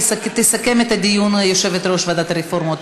תסכם את הדיון יושבת-ראש ועדת הרפורמות,